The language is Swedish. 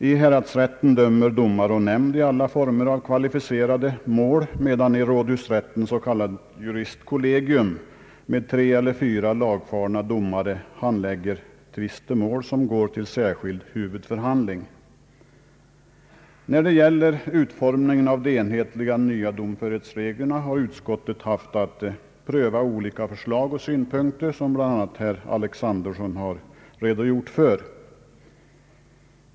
Vid häradsrätten dömer domare och nämnd i alla former av kvalificerade mål, medan ett s.k. juristkollegium med tre eller fyra lagfarna domare i rådhusrätten handlägger tvistemål som går till särskild huvudförhandling. När det gäller utformningen av de nya domförhetsreglerna har utskottet haft att pröva olika förslag och synpunkter — något som bl.a. herr Alexanderson redogjort för.